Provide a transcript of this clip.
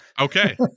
Okay